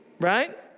Right